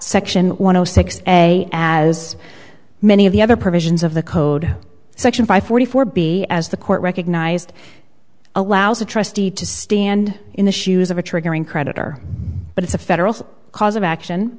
section one hundred six a as many of the other provisions of the code section five forty four b as the court recognized allows a trustee to stand in the shoes of a triggering creditor but it's a federal cause of action